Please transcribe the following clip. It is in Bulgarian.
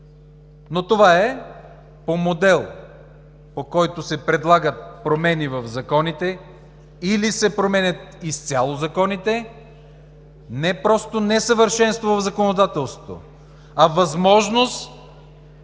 Това е по модел, по който се предлагат промени или се променят изцяло законите, не е просто несъвършенство в законодателството, а възможност